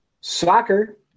Soccer